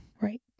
right